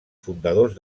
fundadors